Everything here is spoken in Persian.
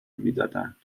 میدادن